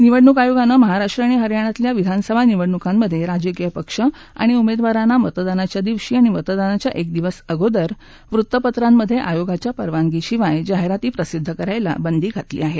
निवडणूक आयोगाने महाराष्ट्र आणि हरियाणातल्या विधानसभा निवडणुकांमध्ये राजकीय पक्ष आणि उमेदवारांना मतदानाच्या दिवशी आणि मतदानाच्या एक दिवस अगोदर वृत्तपत्रांमध्ये आयोगाच्या परवानगीशिवाय जाहिराती प्रसिद्ध करायला बंदी घातली आहे